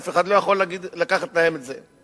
אף אחד לא יכול לקחת מהם את זה.